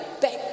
back